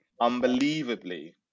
unbelievably